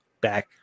back